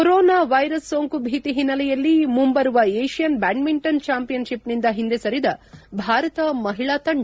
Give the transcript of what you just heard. corona virus ಸೋಂಕು ಭೀತಿ ಹಿನ್ನೆಲೆಯಲ್ಲಿ ಮುಂಬರುವ ಏಷ್ಷನ್ ಬ್ಲಾಡ್ನಿಂಟನ್ ಚಾಂಪಿಯನ್ಶಿಪ್ನಿಂದ ಹಿಂದೆ ಸರಿದ ಭಾರತ ಮಹಿಳಾ ತಂಡ